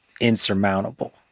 insurmountable